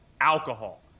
alcohol